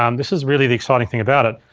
um this is really the exciting thing about it,